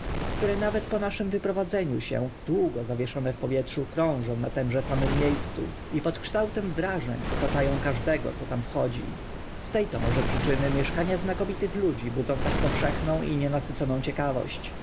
które nawet po naszym wyprowadzeniu się długo zawieszone w powietrzu krążą na tymże samym mie scu i pod kształtem wrażeń otacza ą każdego co tam wchodzi z te to może przyczyny mieszkania znakomitych ludzi budzą tak powszechną i nienasyconą ciekawość